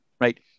right